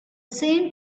same